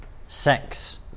sex